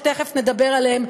ותכף נדבר עליהן.